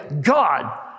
God